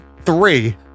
three